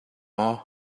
maw